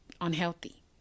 unhealthy